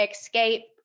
escape